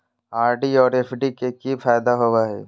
RD और FD के की फायदा होबो हइ?